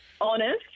Honest